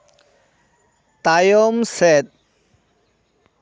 ᱛᱟᱭᱚᱢ ᱥᱮᱫ